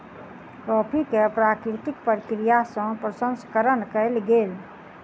coffee के प्राकृतिक प्रक्रिया सँ प्रसंस्करण कयल गेल